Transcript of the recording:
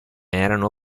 erano